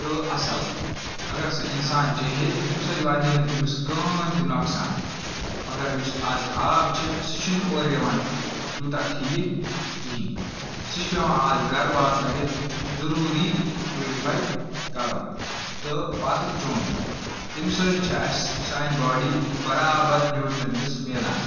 تہٕ اَصٕل اَگَر سُہ اِنسان چیٚیہے تمہِ سۭتۍ واتہِ ہے نہٕ تمِس کہٕنۍ تہِ نۄقصان مَگَر یُس آز آب چھُ سُہ چھُنہٕ اورٕ یِوان تیوٗتاہ ٹھیٖک کِہیٖنۍ سُہ چھُ پیٚوان اَز گَرٕ واتنٲیِتھ ضوٚروٗری پیورِفاے کَرُن تہٕ پَتہٕ چیوٚن تمہِ سۭتۍ چھِ اَسہِ سانہٕ بوڈی بَرابَد نیوٹریَنٹس مِلان